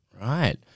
right